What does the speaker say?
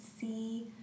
see